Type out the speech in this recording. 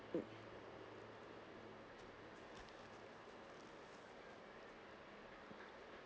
mm